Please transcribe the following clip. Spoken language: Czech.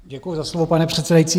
Děkuji za slovo, pane předsedající.